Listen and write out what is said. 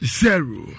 zero